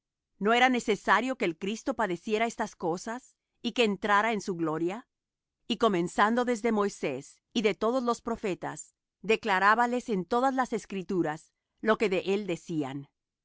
no era necesario que el cristo padeciera estas cosas y que entrara en su gloria y comenzando desde moisés y de todos los profetas declarábales en todas las escrituras lo que de él decían